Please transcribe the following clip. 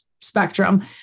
spectrum